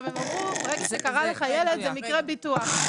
הם אמרו במקרה שקרה לך ילד זה מקרה ביטוח.